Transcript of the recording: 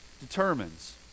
determines